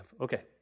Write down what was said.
Okay